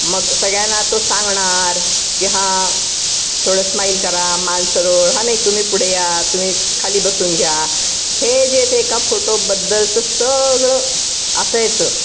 मग सगळ्यांना तो सांगणार की हां थोडं स्माईल करा मान सरळ हां नाही तुम्ही पुढे या तुम्ही खाली बसून घ्या हे जे ते एका फोटोबद्दलचं सगळं असायचं